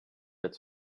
its